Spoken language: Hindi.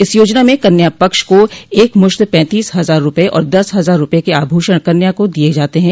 इस योजना में कन्या पक्ष को एक मुश्त पैंतीस हजार रूपये और दस हजार रूपये के आभूषण कन्या को दिये जाते हैं